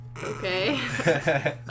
Okay